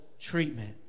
treatment